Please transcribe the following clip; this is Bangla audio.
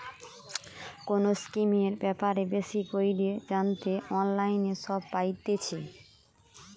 কোনো স্কিমের ব্যাপারে বেশি কইরে জানতে অনলাইনে সব পাইতেছে